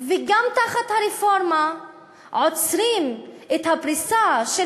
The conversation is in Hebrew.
ותחת הרפורמה גם עוצרים את הפריסה של